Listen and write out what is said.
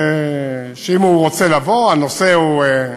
שאם הוא רוצה לבוא, הנושא הוא,